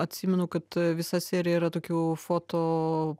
atsimenu kad visa serija yra tokių foto